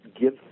give